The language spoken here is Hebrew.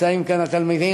נמצאים כאן תלמידים,